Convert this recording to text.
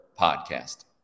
podcast